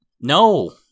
No